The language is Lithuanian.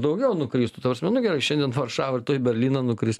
daugiau nukristų ta prasme nu gerai šiandien varšava rytoj į berlyną nukris